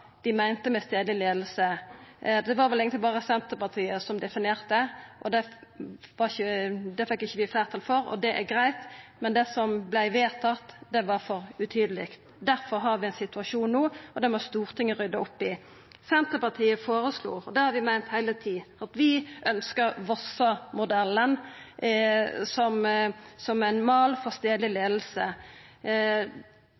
dei meinte med stadleg leiing. Det var vel eigentleg berre Senterpartiet som definerte, og det fekk vi ikkje fleirtal for, og det er greitt, men det som vart vedteke, var for utydeleg. Difor har vi denne situasjonen no, og den må Stortinget rydda opp i. Senterpartiet føreslo – og det har vi meint heile tida – å ha Vossamodellen som ein mal for